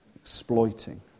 exploiting